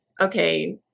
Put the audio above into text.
okay